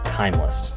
timeless